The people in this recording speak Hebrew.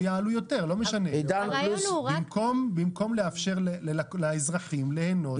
יעלו יותר במקום לאפשר לאזרחים ליהנות.